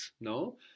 no